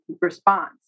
response